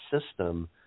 system